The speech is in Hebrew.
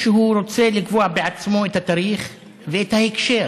שהוא רוצה לקבוע בעצמו את התאריך ואת ההקשר